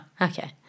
Okay